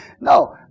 No